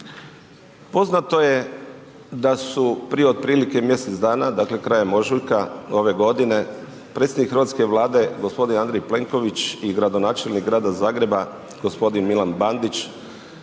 poznato je da su otprilike, mjesec dana, dakle, krajem ožujka ove godine, predsjednik hrvatske Vlade, gospodin Andrej Plenković i gradonačelnik Grada Zagreba, gospodin Milan Bandić,